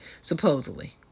supposedly